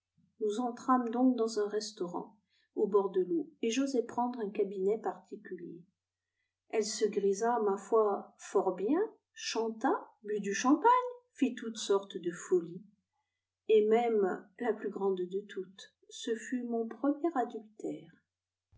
nous entrâmes donc dans un restaurant au bord de l'eau et j'osai prendre un cabinet particulier elle se grisa ma foi fort bien chanta but du champagne fit toutes sortes de folies et même la plus grande de toutes ce fut mon premier adultère